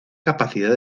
capacidad